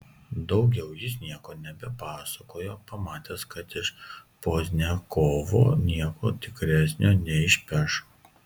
daugiau jis nieko nebepasakojo pamatęs kad iš pozdniakovo nieko tikresnio neišpeš